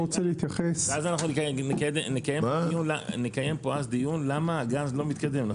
ואז נקיים פה דיון למה הגז לא מתקדם, נכון?